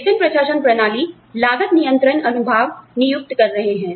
वेतन प्रशासन प्रणाली लागत नियंत्रण अनुभाग नियुक्त कर रहे हैं